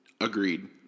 Agreed